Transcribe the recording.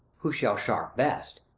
who shall shark best.